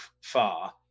far